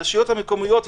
הרשויות המקומיות.